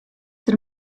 der